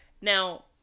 Now